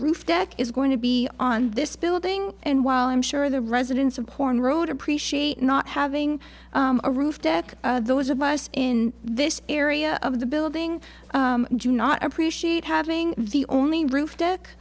roof deck is going to be on this building and while i'm sure the residents of porn road appreciate not having a roof deck those of us in this area of the building do not appreciate having the only roof deck